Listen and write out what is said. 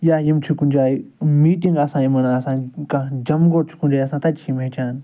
یا یِم چھِ کُنہ جایہِ میٖٹِنٛگ آسان یمن آسان کانٛہہ جَمگوٚٹھ چھُ کُنہ جایہِ آسان تتہِ چھِ یِم ہیٚچھان